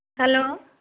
hello